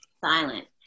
silent